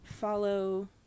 follow